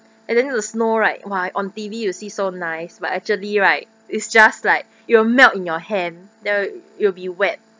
and then the snow right !wah! on TV you see so nice but actually right it's just like it'll melt in your hand then it'll be wet